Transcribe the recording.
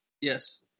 Yes